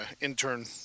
intern